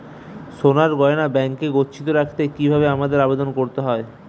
সোনার গহনা ব্যাংকে গচ্ছিত রাখতে কি ভাবে আবেদন করতে হয়?